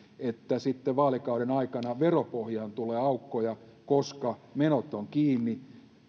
että sitten vaalikauden aikana veropohjaan tulee aukkoja koska menot ovat kiinni